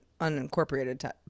unincorporated